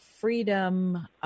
freedom